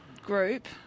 group